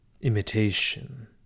imitation